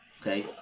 Okay